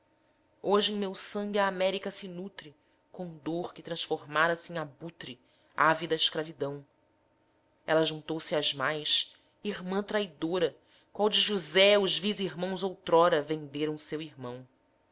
hoje em meu sangue a américa se nutre condor que transformara-se em abutre ave da escravidão ela juntou se às mais irmã traidora qual de josé os vis irmãos outrora venderam seu irmão